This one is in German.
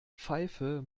pfeife